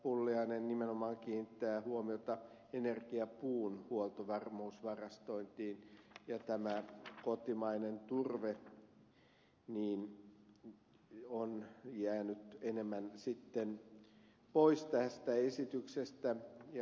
pulliainen nimenomaan kiinnittää huomiota energiapuun huoltovarmuusvarastointiin ja tämä kotimainen turve on jäänyt enemmän sitten pois tästä esityksestä